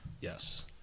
Yes